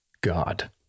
god